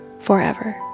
forever